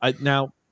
now